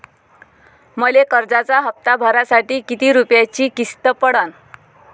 मले कर्जाचा हप्ता भरासाठी किती रूपयाची किस्त पडन?